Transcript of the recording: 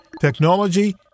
Technology